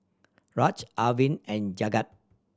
Aaj Arvind and Jagat